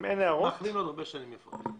אם אין הערות --- מאחלים עוד הרבה שנים יפות.